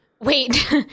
Wait